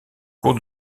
cours